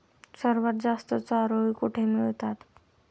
सर्वात जास्त चारोळी कुठे मिळतात?